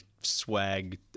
swag